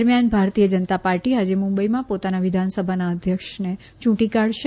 દરમ્યાન ભારતીય જનતા પાર્ટી આજે મુંબઈમાં પોતાના વિધાનસભાના અધ્યક્ષને ચૂંટી કાઢશે